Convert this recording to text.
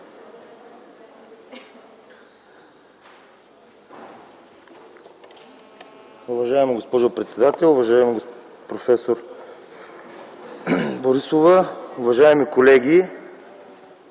Уважаема госпожо председател, уважаема проф. Борисова, уважаеми колеги!